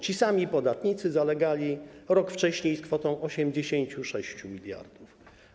Ci sami podatnicy zalegali rok wcześniej z kwotą 86 mld.